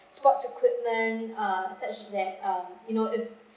sports equipment uh such that uh you know if